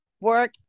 work